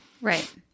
Right